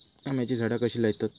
आम्याची झाडा कशी लयतत?